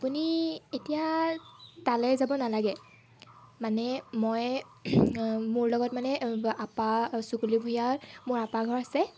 আপুনি এতিয়া তালৈ যাব নালাগে মানে মই মোৰ লগত মানে আপা চুকুলো ভূঞাৰ মোৰ আপাৰ ঘৰ আছে